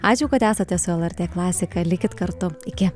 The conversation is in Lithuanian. ačiū kad esate su lrt klasika likit kartu iki